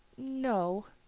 no.